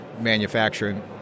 manufacturing